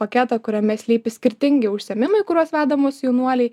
paketą kuriame slypi skirtingi užsiėmimai kuriuos veda mūsų jaunuoliai